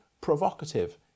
provocative